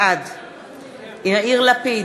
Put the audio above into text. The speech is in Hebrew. בעד יאיר לפיד,